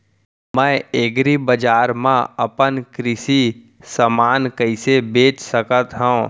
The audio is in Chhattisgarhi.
मैं एग्रीबजार मा अपन कृषि समान कइसे बेच सकत हव?